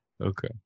Okay